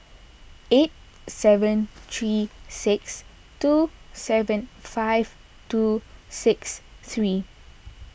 eight seven three six two seven five two six three